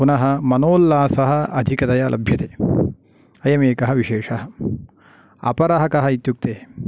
पुनः मनोल्लासः अधिकतया लभ्यते अयमेकः विशेषः अपरः कः इत्युक्ते